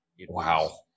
Wow